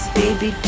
baby